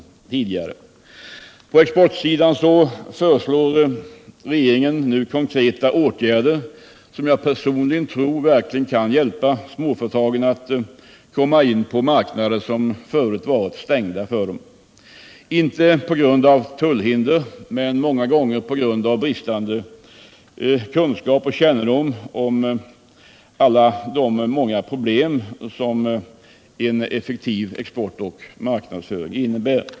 På exportsidan föreslår regeringen konkreta åtgärder som jag tror verkligen kan hjälpa småföretagen att komma in på marknader som förut varit stängda för dem — inte på grund av tullhinder, men många gånger på grund av deras bristande kunskaper eller kännedom om alla de många problem som en effektiv export och marknadsföring innebär.